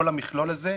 כל המכלול הזה,